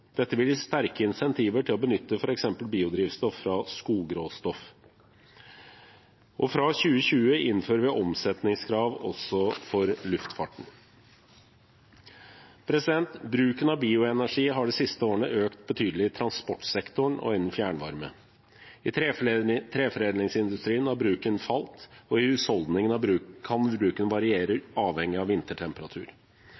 Dette vil gi sterke incentiver til å benytte f.eks. biodrivstoff fra skogråstoff. Fra 2020 innfører vi omsetningskrav også for luftfarten. Bruken av bioenergi har de siste årene økt betydelig i transportsektoren og innen fjernvarme. I treforedlingsindustrien har bruken falt, og i husholdningene kan bruken variere, avhengig av